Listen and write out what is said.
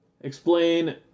Explain